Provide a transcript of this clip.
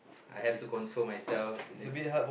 I have to control myself if